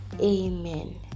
amen